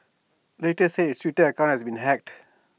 later said its Twitter account had been hacked